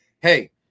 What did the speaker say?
hey